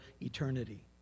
eternity